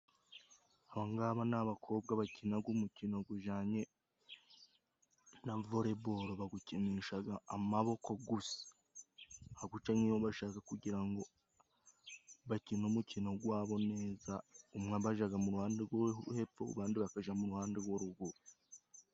Aba ngaba ni abakobwa bakinaga umukino gujanye na volebolo bagukinisha amaboko gusa. Nka gutya nk'iyo bashaka kugira ngo bakine umukino gwabo neza, umwe bajaga mu ruhande rwo hepfo abandi bakaja mu ruhande rwo ruguru.